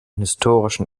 historischen